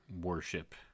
worship